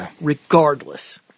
regardless